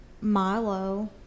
Milo